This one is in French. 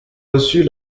dessus